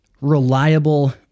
reliable